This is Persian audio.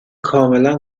کاملا